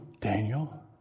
Daniel